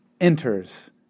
enters